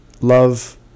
Love